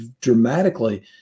dramatically